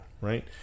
right